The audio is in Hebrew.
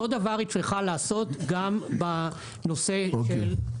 אותו דבר היא צריכה לעשות גם בנושא של